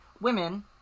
women